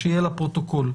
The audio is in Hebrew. שיהיה לפרוטוקול.